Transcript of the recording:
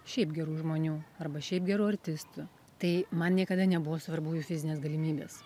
šiaip gerų žmonių arba šiaip gerų artistų tai man niekada nebuvo svarbu jų fizinės galimybės